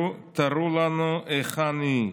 תראו לנו היכן היא,